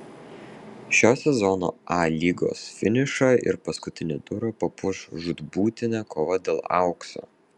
šio sezono a lygos finišą ir paskutinį turą papuoš žūtbūtinė kova dėl aukso